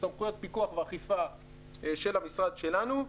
סמכויות פיקוח ואכיפה של המשרד שלנו,